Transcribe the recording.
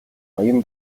баян